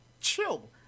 chill